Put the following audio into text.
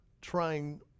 trying